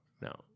No